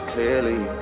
Clearly